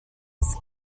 his